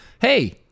hey